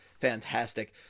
fantastic